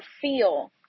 feel